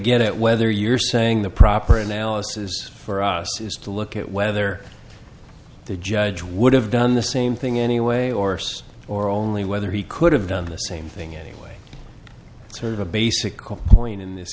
get at whether you're saying the proper analysis for us is to look at whether the judge would have done the same thing anyway orse or only whether he could have done the same thing anyway it's sort of a basic core point in this